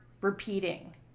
repeating